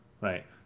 Right